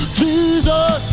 jesus